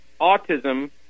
autism